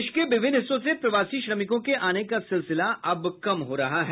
देश के विभिन्न हिस्सों से प्रवासी श्रमिकों के आने का सिलसिला अब कम हो रहा है